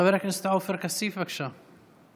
חבר הכנסת עופר כסיף, בבקשה.